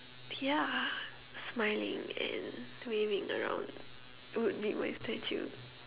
ya smiling and waving around would be my statue